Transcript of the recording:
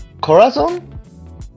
Corazon